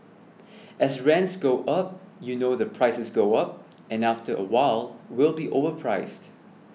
as rents go up you know the prices go up and after a while we'll be overpriced